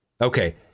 Okay